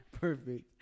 Perfect